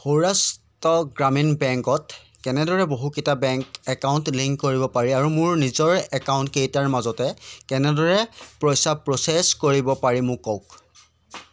সৌৰাষ্ট্ৰ গ্ৰামীণ বেংকত কেনেদৰে বহুকেইটা বেংক একাউণ্ট লিংক কৰিব পাৰি আৰু মোৰ নিজৰ একাউণ্টকেইটাৰ মাজতে কেনেদৰে পইচা প্ৰ'চেছ কৰিব পাৰি মোক কওক